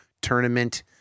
Tournament